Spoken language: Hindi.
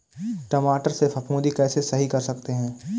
टमाटर से फफूंदी कैसे सही कर सकते हैं?